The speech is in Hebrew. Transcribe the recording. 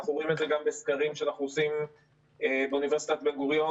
אנחנו רואים את זה גם בסקרים שאנחנו עושים באוניברסיטת בן גוריון